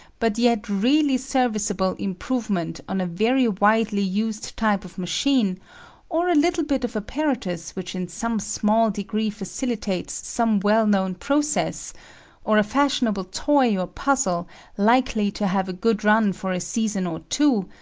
but yet really serviceable, improvement on a very widely used type of machine or a little bit of apparatus which in some small degree facilitates some well known process or a fashionable toy or puzzle likely to have a good run for a season or two,